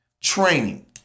Training